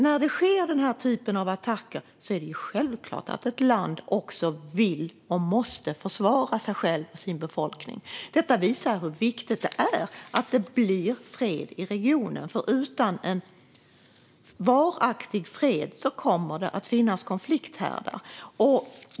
När denna typ av attacker sker är det självklart att ett land vill och måste försvara sig självt och sin befolkning. Detta visar hur viktigt det är att det blir fred i regionen. Utan en varaktig fred kommer det att finnas konflikthärdar.